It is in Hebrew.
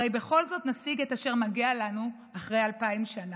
הרי בכל זאת נשיג את כל אשר מגיע לנו אחרי אלפיים שנה.